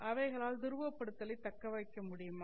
அவைகளால் துருவப்படுத்தலை தக்கவைக்க முடியுமா